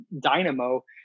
dynamo